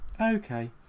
okay